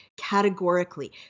categorically